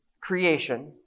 creation